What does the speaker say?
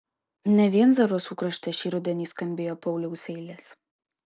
ne vien zarasų krašte šį rudenį skambėjo pauliaus eilės